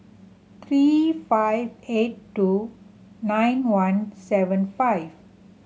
three five eight two nine one seven five